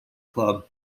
club